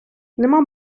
нема